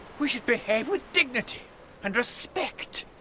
we should behave with dignity and respect!